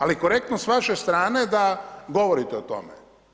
Ali korektno s vaše strane da govorite o tome.